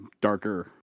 darker